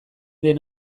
den